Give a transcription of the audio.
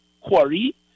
quarry